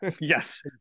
Yes